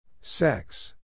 Sex